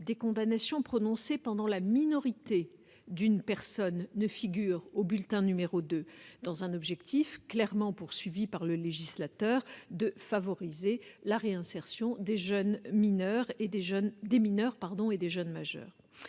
des condamnations prononcées pendant la minorité d'une personne ne figure au bulletin n° 2, dans un objectif clairement poursuivi par le législateur de favoriser la réinsertion des mineurs et jeunes majeurs.